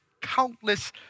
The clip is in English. countless